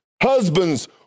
Husbands